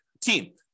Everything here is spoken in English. team